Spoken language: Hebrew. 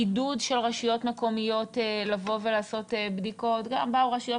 עידוד של רשויות מקומיות לבוא ולעשות בדיקות באו רשויות